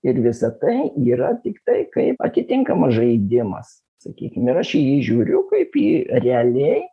ir visa tai yra tiktai kaip atitinkamas žaidimas sakykim ir aš į jį žiūriu kaip į realiai